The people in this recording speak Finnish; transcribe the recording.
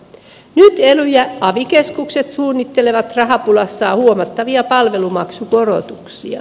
nyt ely ja avi keskukset suunnittelevat rahapulassaan huomattavia palvelumaksukorotuksia